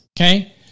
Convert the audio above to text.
Okay